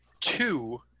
two